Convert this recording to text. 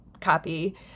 copy